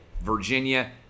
Virginia